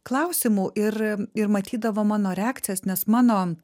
klausimų ir ir matydavo mano reakcijos nes mano